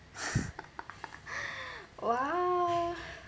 !wow!